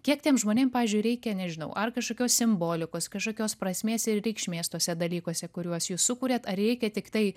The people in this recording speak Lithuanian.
kiek tiem žmonėm pavyzdžiui reikia nežinau ar kažkokios simbolikos kažkokios prasmės ir reikšmės tuose dalykuose kuriuos jūs sukuriat ar reikia tiktai